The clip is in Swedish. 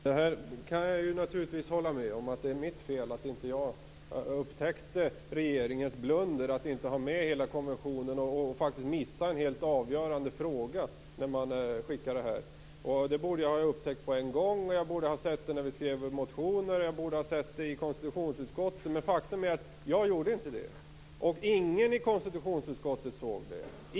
Fru talman! Jag kan naturligtvis hålla med om att det är mitt fel att jag inte upptäckte regeringens blunder att inte ha med hela konventionstexten och att ha missat en helt avgörande fråga när propositionen lades fram. Det borde jag ha upptäckt med en gång, jag borde ha sett det när vi skrev vår motion och jag borde ha sett det i konstitutionsutskottet. Men faktum är att jag gjorde inte det, och ingen i konstitutionsutskottet såg det.